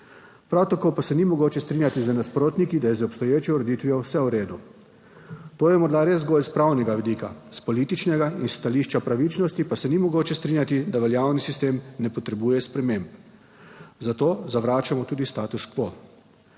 Prav tako pa se ni mogoče strinjati z nasprotniki, da je z obstoječo ureditvijo vse v redu. To je morda res zgolj s pravnega vidika, s političnega, iz stališča pravičnosti, pa se ni mogoče strinjati, da veljavni sistem ne potrebuje sprememb. Zato zavračamo tudi status quo.